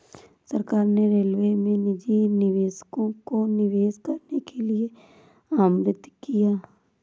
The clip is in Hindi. सरकार ने रेलवे में निजी निवेशकों को निवेश करने के लिए आमंत्रित किया